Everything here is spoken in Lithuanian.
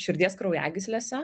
širdies kraujagyslėse